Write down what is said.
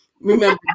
Remember